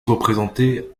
représentée